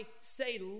say